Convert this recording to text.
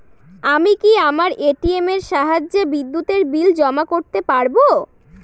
আমি কি আমার এ.টি.এম এর সাহায্যে বিদ্যুতের বিল জমা করতে পারব?